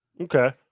okay